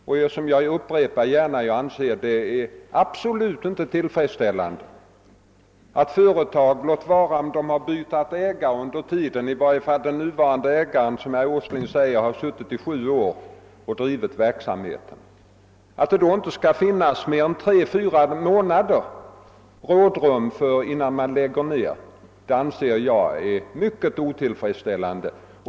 Och jag upprepar gärna: Jag anser det absolut inte tillfredsställande om det är på detta sätt, låt vara att företaget kan ha bytt ägare under tiden. Om den nuvarande ägaren, som herr Åsling säger, drivit verksamheten i sju år och det inte lämnas mer än tre eller fyra månaders rådrum innan man lägger ned, så finner jag detta mycket otillfredsställande.